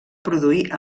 produir